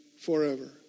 forever